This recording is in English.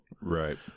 Right